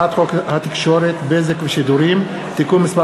מטעם הממשלה: הצעת חוק התקשורת (בזק ושידורים) (תיקון מס'